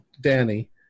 Danny